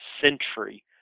Century